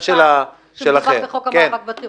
בסדר, חוק המאבק בטרור.